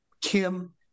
Kim